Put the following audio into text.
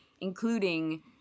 including